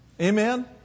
Amen